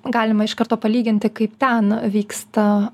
galima iš karto palyginti kaip ten vyksta